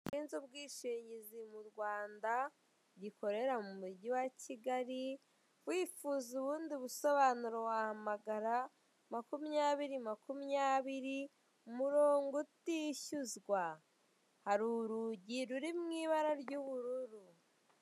Giahinzwe ubwishingizi mu Rwanda gikorera mu mugi wa Kigali, wifuza ubundi busobanuro wahamagara, makumyabiri, myakumyabiri, umurongo utishyuzwa, hari urugi ruri mu ibara ry'ubururu.